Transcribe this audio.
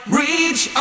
reach